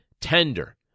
tender